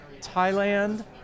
Thailand